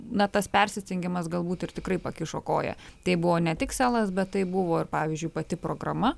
na tas persistengimas galbūt ir tikrai pakišo koją tai buvo ne tik selas bet tai buvo ir pavyzdžiui pati programa